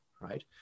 right